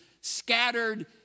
scattered